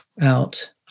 out